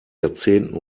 jahrzehnten